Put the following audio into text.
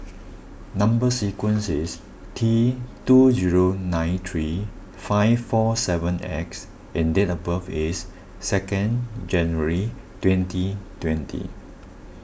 Number Sequence is T two zero nine three five four seven X and date of birth is second January twenty twenty